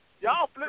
Y'all